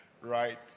right